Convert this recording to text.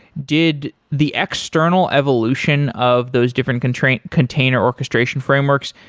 did the external evolution of those different container container orchestration frameworks,